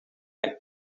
lights